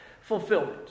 fulfillment